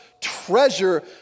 treasure